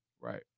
Right